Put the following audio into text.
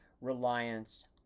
reliance